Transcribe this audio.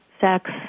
sex